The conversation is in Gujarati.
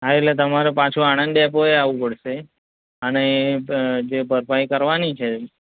હા એટલે તમારે પાછું આણંદ ડેપોએ આવવું પડશે અને અને જે ભરપાઈ કરવાની છે